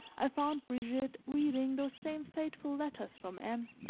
i found brigitte reading those same fateful letters from n.